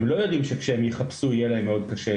הם לא יודעים שכשהם יחפשו יהיה להם מאוד קשה,